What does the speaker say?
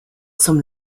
zum